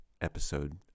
episode